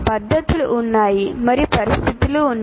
పద్ధతులు ఉన్నాయి మరియు పరిస్థితులు ఉన్నాయి